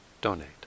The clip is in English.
donate